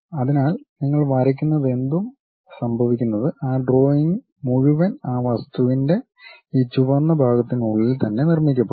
അതിനാൽ നിങ്ങൾ വരയ്ക്കുന്നതെന്തും സംഭവിക്കുന്നത് ആ ഡ്രോയിംഗ് മുഴുവൻ ആ വസ്തുവിന്റെ ഈ ചുവന്ന ഭാഗത്തിനുള്ളിൽ തന്നെ നിർമ്മിക്കപ്പെടും